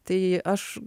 tai aš